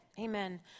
Amen